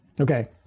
Okay